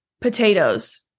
potatoes